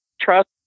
trust